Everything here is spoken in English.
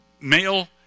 male